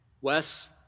Wes